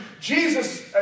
Jesus